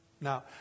Now